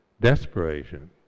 desperation